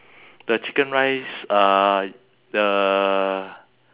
the chicken rice uh the